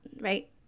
right